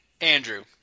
Andrew